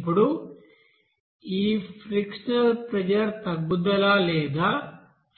ఇప్పుడు ఈ frictional pressure తగ్గుదల లేదా